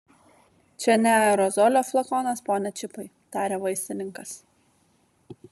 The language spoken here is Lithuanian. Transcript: čia ne aerozolio flakonas pone čipai tarė vaistininkas